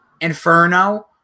inferno